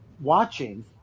watching